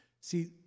See